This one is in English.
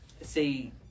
See